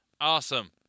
Awesome